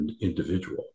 individual